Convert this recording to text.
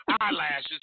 eyelashes